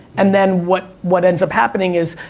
and then what what ends up happening is,